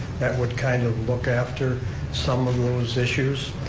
that would kind of look after some of those issues.